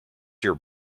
your